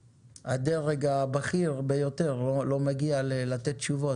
והדרג הבכיר לא מגיע לפה לתת תשובות.